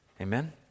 Amen